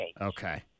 Okay